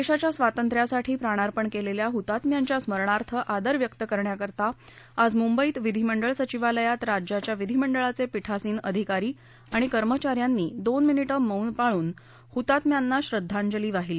देशाच्या स्वातंत्र्यासाठी प्राणार्पण केलेल्या हतात्म्यांच्या स्मरणार्थ आदर व्यक्त करण्याकरता आज मुंबईत विधिमंडळ सचिवालयात राज्याच्या विधीमंडळाचे पीठासीन अधिकारी आणि कर्मचा यांनी दोन मिनिटे मौन पाळून हतात्म्यांना श्रद्वांजली वाहिली